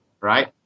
right